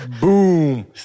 Boom